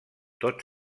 tot